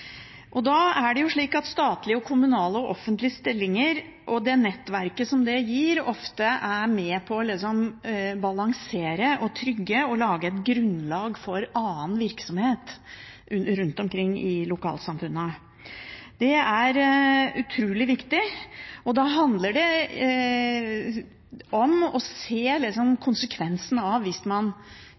er jo slik at statlige og kommunale, offentlige, stillinger og det nettverket som det gir, ofte er med på å balansere, trygge og legge et grunnlag for annen virksomhet rundt omkring i lokalsamfunnene. Det er utrolig viktig. Da handler det om å se konsekvensene hvis man